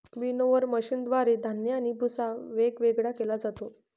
winnower मशीनद्वारे धान्य आणि भुस्सा वेगवेगळा केला जातो